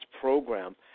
program